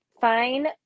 fine